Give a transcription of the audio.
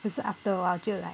可是 after awhile 就 like